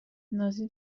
نازی